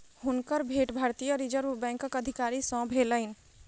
हुनकर भेंट भारतीय रिज़र्व बैंकक अधिकारी सॅ भेलैन